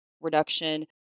reduction